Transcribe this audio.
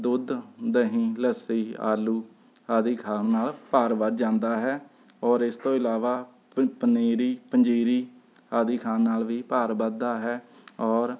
ਦੁੱਧ ਦਹੀਂ ਲੱਸੀ ਆਲੂ ਆਦਿ ਖਾਣ ਨਾਲ ਭਾਰ ਵੱਧ ਜਾਂਦਾ ਹੈ ਔਰ ਇਸ ਤੋਂ ਇਲਾਵਾ ਪਨ ਪਨੀਰੀ ਪੰਜੀਰੀ ਆਦਿ ਖਾਣ ਨਾਲ ਵੀ ਭਾਰ ਵੱਧਦਾ ਹੈ ਔਰ